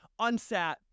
Unsat